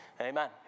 Amen